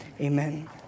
amen